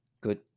Good